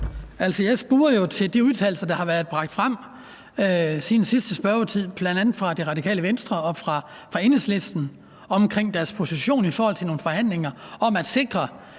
Altså, jeg spurgte jo til de udtalelser, der har været bragt frem siden sidste spørgetid, bl.a. fra Det Radikale Venstre og fra Enhedslisten, omkring deres position i forhold til nogle forhandlinger om at sikre